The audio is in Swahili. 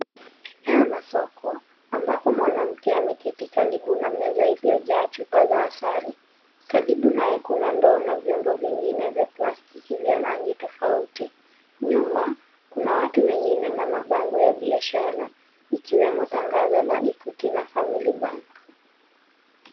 Eneo la soko ambapo mwanamke ameketi karibu na meza iliyojaa chupa za asali karibu nayo kuna ndoo na vyombo vingine vya plastiki vya rangi tofauti. Nyuma kuna watu wengine na mabango ya biashara ikiwemo tangazo la Equity na Family Bank.